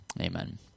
amen